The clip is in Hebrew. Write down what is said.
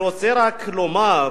אני רוצה רק לומר,